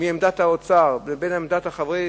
בין עמדת האוצר ובין עמדת החברים,